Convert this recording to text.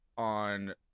on